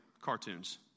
cartoons